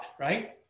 right